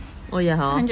oh ya hor